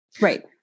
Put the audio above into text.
Right